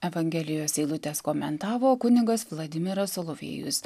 evangelijos eilutes komentavo kunigas vladimiras salovėjus